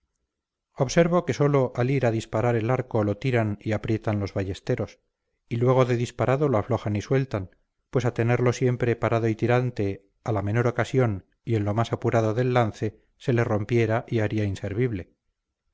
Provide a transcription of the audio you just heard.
observo que solo al ir a disparar el arco lo tiran y aprietan los ballesteros y luego de disparado lo aflojan y sueltan pues a tenerlo siempre parado y tirante a la mejor ocasión y en lo más apurado del lance se le rompiera y haría inservible